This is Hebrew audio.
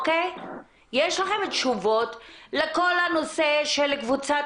יש לכם תשובות לכל הנושא של קבוצת